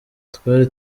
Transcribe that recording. twari